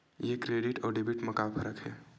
ये क्रेडिट आऊ डेबिट मा का फरक है?